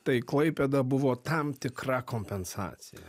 tai klaipėda buvo tam tikra kompensacija